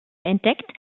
entdeckt